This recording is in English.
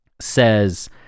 says